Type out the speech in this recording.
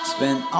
Spent